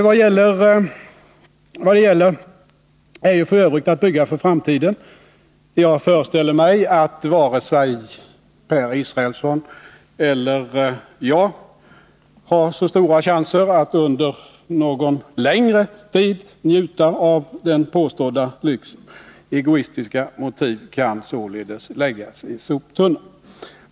Vad det gäller är att bygga för framtiden. Jag föreställer mig att varken Per Israelsson eller jag har så stora chanser att under någon längre tid njuta av den påstådda lyxen. Egoistiska motiv kan således läggas i soptunnan.